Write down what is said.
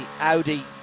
Audi